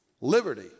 liberty